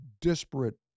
disparate